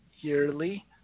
yearly